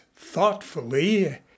thoughtfully